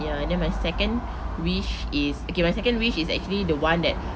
ya then my second wish is okay my second wish is actually the [one] that